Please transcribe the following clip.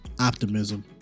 optimism